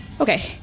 Okay